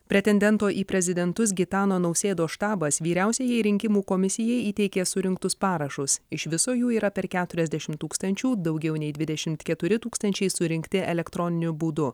pretendento į prezidentus gitano nausėdos štabas vyriausiajai rinkimų komisijai įteikė surinktus parašus iš viso jų yra per keturiasdešim tūkstančių daugiau nei dvidešimt keturi tūkstančiai surinkti elektroniniu būdu